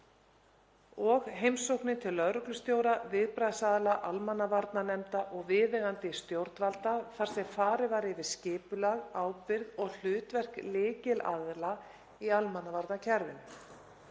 og heimsóknum til lögreglustjóra, viðbragðsaðila, almannavarnanefnda og viðeigandi stjórnvalda þar sem farið var yfir skipulag, ábyrgð og hlutverk lykilaðila í almannavarnakerfinu.